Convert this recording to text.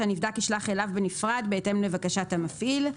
שהנבדק ישלח אליו בנפרד בהתאם לבקשת המפעיל,